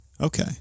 Okay